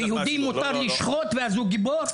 אני חוסך ממך, מרוב שההשוואה הזאת מופרכת.